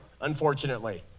unfortunately